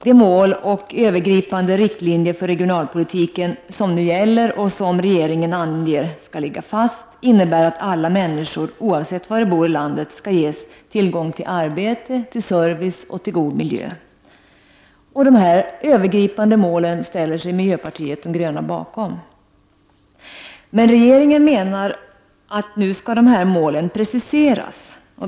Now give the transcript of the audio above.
De mål och övergripande riktlinjer för regionalpolitiken som nu gäller och som regeringen anger skall ligga fast innebär att alla människor, oavsett var de bor i landet, skall ges tillgång till arbete, service och en god miljö. Miljöpartiet de gröna ställer sig bakom dessa övergripande mål. Regeringen menar att dessa mål nu skall preciseras.